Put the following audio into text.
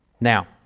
Now